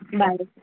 bye bye